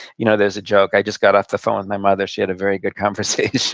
you know there's a joke. i just got off the phone with my mother. she had a very good conversation.